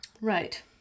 Right